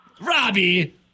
Robbie